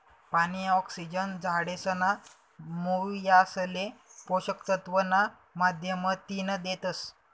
पानी, ऑक्सिजन झाडेसना मुयासले पोषक तत्व ना माध्यमतीन देतस